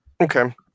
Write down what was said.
okay